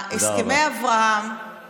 הסכמי אברהם, תודה רבה.